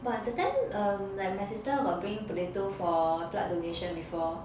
but that time um my sister got bring potato for blood donation before